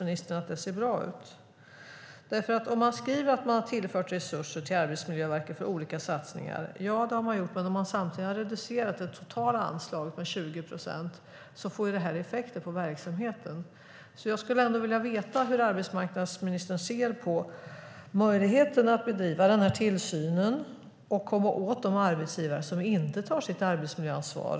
Ministern säger att regeringen har tillfört resurser till Arbetsmiljöverket för olika satsningar. Ja, det har man gjort. Men man har samtidigt reducerat det totala anslaget med 20 procent, och det får effekter på verksamheten. Jag skulle vilja veta hur arbetsmarknadsministern ser på möjligheten att bedriva den här tillsynen och komma åt de arbetsgivare som inte tar sitt arbetsmiljöansvar.